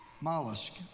mollusk